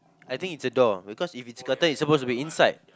I think it's a door because if it's curtain it's supposed to be inside